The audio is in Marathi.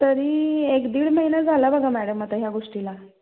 तरी एक दीड महिना झाला बघा मॅडम आता ह्या गोष्टीला